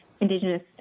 indigenous